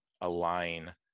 align